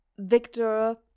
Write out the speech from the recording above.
Victor